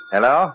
Hello